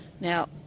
Now